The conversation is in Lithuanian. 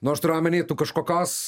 nu aš turiu omeny tu kažkokios